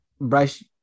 Bryce